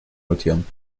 notieren